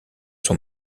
son